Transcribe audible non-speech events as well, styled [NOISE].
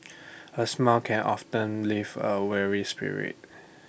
[NOISE] A smile can often live A weary spirit